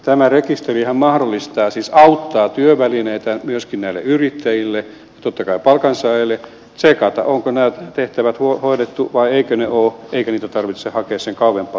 tämä rekisterihän mahdollistaa siis auttaa työvälineitä myöskin näille yrittäjille ja totta kai palkansaajille tsekata onko nämä tehtävät hoidettu vai eikö niitä ole eikä niitä tarvitse hakea sen kauempaa